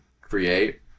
create